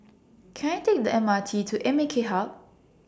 Can I Take The M R T to A M K Hub